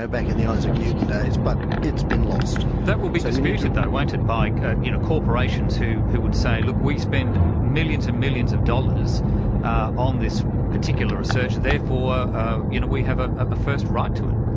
ah back in the isaac newton days, but it's been lost. that will be disputed though, won't it, by ah you know corporations who who would say look, we spend millions and millions of dollars on this particular research, therefore ah you know we have a ah first right to it.